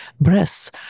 breasts